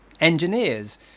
engineers